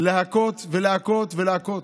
להכות ולהכות ולהכות.